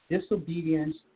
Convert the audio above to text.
disobedience